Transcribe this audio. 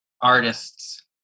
artists